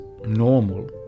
normal